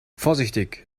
vorsichtig